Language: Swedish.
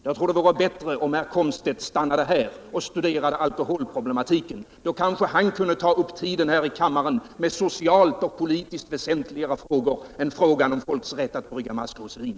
Jag tror att det vore bättre om Wiggo Komstedt stannade här och studerade alkoholproblematiken. Då kanske han kunde ta upp tiden här i kam maren med socialt och politiskt väsentligare frågor än frågan om folkets rätt aut brygga maskrosvin!